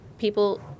People